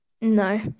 No